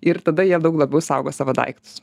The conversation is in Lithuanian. ir tada jie daug labiau saugo savo daiktus